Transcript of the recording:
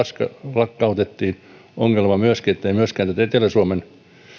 lakkautettiin ongelmana on myöskin että ei ole myöskään tätä etelä suomen